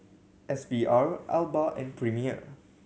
S V R Alba and Premier